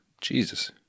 Jesus